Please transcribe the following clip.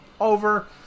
over